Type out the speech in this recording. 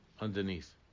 underneath